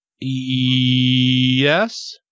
Yes